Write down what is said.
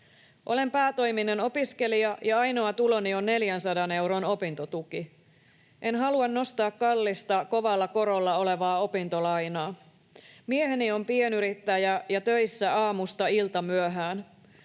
Olen päätoiminen opiskelija, ja ainoa tuloni on 400 euron opintotuki. En halua nostaa kallista, kovalla korolla olevaa opintolainaa. Mieheni on pienyrittäjä ja töissä aamusta iltamyöhään.